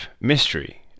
mystery